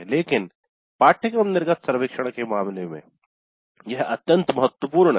लेकिन पाठ्यक्रम निर्गत सर्वेक्षण के मामले में यह अत्यंत महत्वपूर्ण है